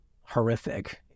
horrific